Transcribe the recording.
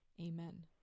Amen